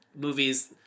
movies